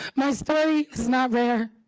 my story is not rare.